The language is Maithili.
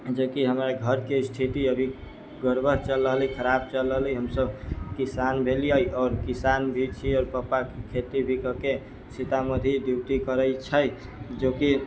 जेकि हमर घर के स्थिति अभी गड़बड़ चल रहलै खराप चल रहलै हमसब किसान भेलियै आओर किसान भी छी आओर पापा के खेती भी कऽ के सीतामढ़ी ड्यूटी करै छै जो कि